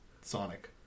Sonic